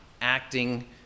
acting